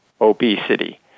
obesity